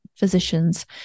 physicians